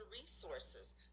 resources